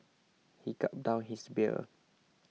he gulped down his beer